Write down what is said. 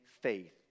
faith